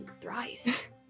Thrice